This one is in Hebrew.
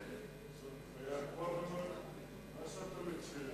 מה שאתה מציע,